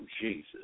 Jesus